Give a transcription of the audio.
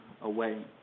away